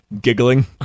giggling